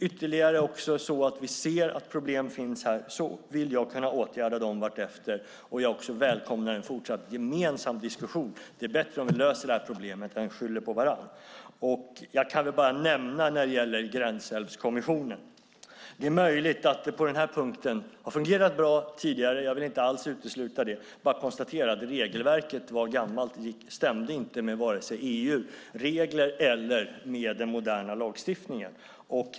Om vi sedan ser att ytterligare problem finns vill jag kunna åtgärda dem vartefter. Jag välkomnar också en fortsatt gemensam diskussion. Det är bättre om vi löser detta problem än att vi skyller på varandra. När det gäller Gränsälvskommissionen kan jag nämna att det är möjligt att det har fungerat bra på denna punkt tidigare. Jag vill inte alls utesluta det. Men jag vill bara konstatera att regelverket var gammalt och inte stämde med vare sig EU-regler eller den moderna lagstiftningen.